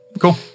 cool